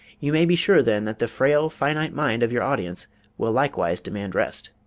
you may be sure, then, that the frail finite mind of your audience will likewise demand rest.